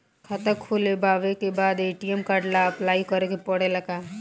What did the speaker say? खाता खोलबाबे के बाद ए.टी.एम कार्ड ला अपलाई करे के पड़ेले का?